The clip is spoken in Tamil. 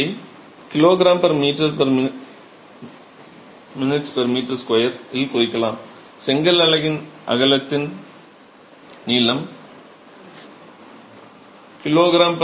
இதை kgminm2 இல் குறிக்கலாம் செங்கல் அலகின் அகலத்தின் நீளம் kgminm2